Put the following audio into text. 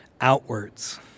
outwards